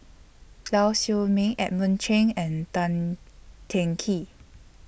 Lau Siew Mei Edmund Cheng and Tan Teng Kee